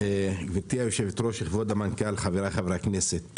גברתי היושבת-ראש, כבוד המנכ"ל, חבריי חברי הכנסת,